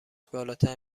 بالاتر